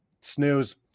snooze